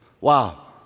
Wow